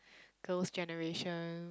Girls'-Generation